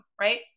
right